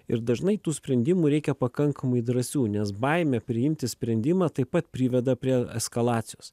ir dažnai tų sprendimų reikia pakankamai drąsių nes baimė priimti sprendimą taip pat priveda prie eskalacijos